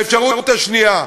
האפשרות השנייה,